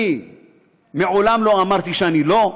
אני מעולם לא אמרתי שאני לא.